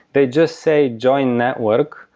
they just say join network,